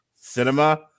Cinema